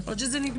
אני יכולה לבדוק,